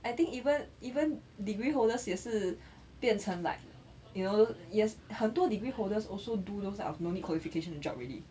I think even even degree holders 也是变成 like you know yes 很多 degree holders also do those type of no need qualification 的 job already